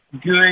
good